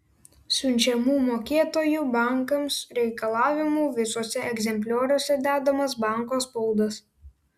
siunčiamų mokėtojų bankams reikalavimų visuose egzemplioriuose dedamas banko spaudas